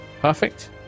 Perfect